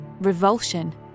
revulsion